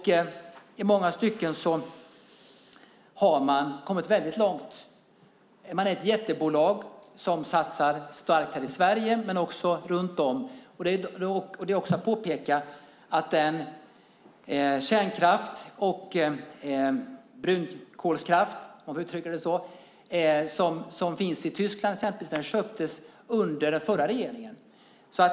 I många stycken har man kommit väldigt långt. Man är ett jättebolag som satsar starkare i Sverige, men man satsar också på andra ställen. Det är också värt att påpeka att den kärnkraft och brunkolskraft som finns i till exempel Tyskland köptes under den förra regeringen.